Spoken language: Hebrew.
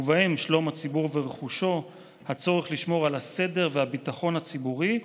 ובהם שלום הציבור ורכושו והצורך לשמור על הסדר והביטחון הציבורי",